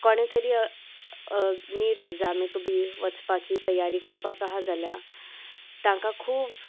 कोणे तरी नीट एग्जामीक बी वचपाची तयारी करपाक आहा जाल्या तांकां खूब